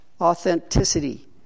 Authenticity